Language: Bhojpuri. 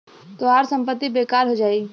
तोहार संपत्ति बेकार हो जाई